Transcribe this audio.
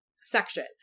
section